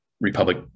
republic